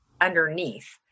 underneath